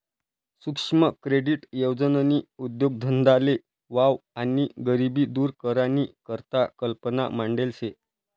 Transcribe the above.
सुक्ष्म क्रेडीट योजननी उद्देगधंदाले वाव आणि गरिबी दूर करानी करता कल्पना मांडेल शे